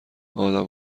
آدم